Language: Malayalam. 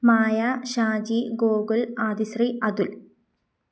മായ ഷാജി ഗോകുൽ ആദിശ്രീ അതുൽ